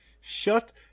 shut